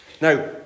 Now